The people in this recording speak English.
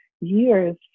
years